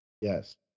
Yes